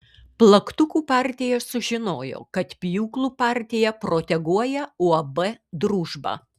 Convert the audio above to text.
plaktukų partija sužinojo kad pjūklų partija proteguoja uab družba